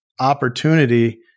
Opportunity